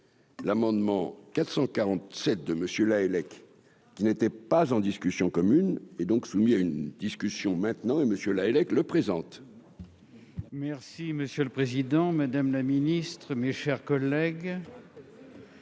l'amendement 447 de monsieur Lahellec qui n'était pas en discussion commune et donc soumis à une discussion maintenant et monsieur Lahellec le présente. Merci monsieur le Président, Madame la Ministre, mes chers collègues.